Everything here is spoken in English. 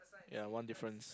ya one difference